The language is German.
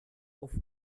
auf